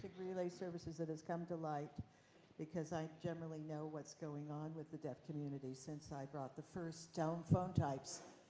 services, it has come to light because i generally know what is going on with the deaf community since i brought the first telephone types